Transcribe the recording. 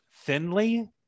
thinly